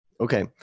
Okay